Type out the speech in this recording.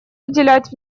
уделять